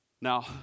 Now